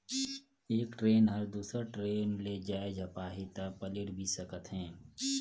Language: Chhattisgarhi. एक टरेन ह दुसर टरेन ले जाये झपाही त पलेट भी सकत हे